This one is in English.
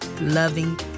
loving